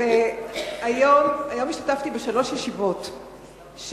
היום השתתפתי בשלוש ישיבות,